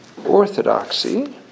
orthodoxy